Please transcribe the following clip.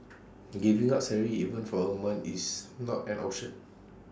giving up salary even for A month is not an option